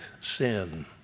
sin